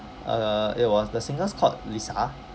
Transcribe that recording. uh it was the singer's called LiSA